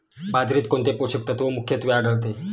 बाजरीत कोणते पोषक तत्व मुख्यत्वे आढळते?